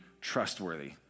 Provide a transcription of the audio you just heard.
trustworthy